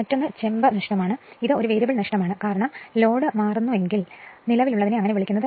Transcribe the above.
മറ്റൊന്ന് ഒരു ചെമ്പ് നഷ്ടമാണ് ഇത് ഒരു അനവസ്ഥിതമായ നഷ്ടമാണ് കാരണം ലോഡ് വ്യത്യാസപ്പെടുന്നു എങ്കിൽ വൈദ്യുതി പ്രവാഹവും വ്യത്യാസപ്പെടുന്നു